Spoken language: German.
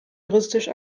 juristisch